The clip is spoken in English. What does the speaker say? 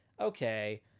okay